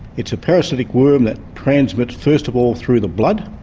it's a parasitic worm that transmits first of all through the blood,